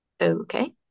okay